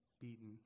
beaten